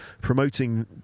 promoting